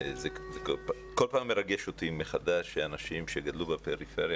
זה כל פעם מרגש אותי מחדש שאנשים שגדלו בפריפריה